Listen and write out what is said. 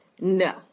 no